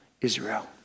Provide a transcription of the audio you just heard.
Israel